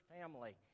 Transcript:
family